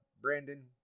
Brandon